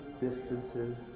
distances